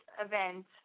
event